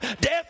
death